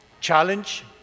challenge